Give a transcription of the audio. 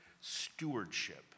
stewardship